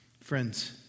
Friends